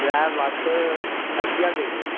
चार लक्ख अस्सीं ज्हार रपेआ देई ओड़ेओ